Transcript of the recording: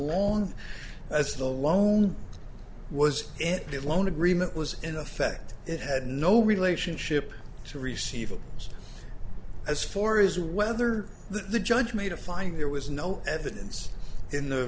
long as the loan was it loan agreement was in effect it had no relationship to receive a as for is whether the judge made a fine there was no evidence in the